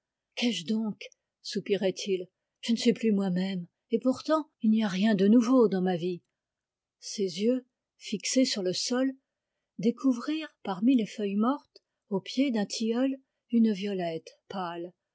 qu'ai-je donc soupirait il je ne suis plus moimême et pourtant il n'y a rien de nouveau dans ma vie ses yeux fixés sur le sol découvrirent parmi les feuilles mortes au pied d'un tilleul une violette pâle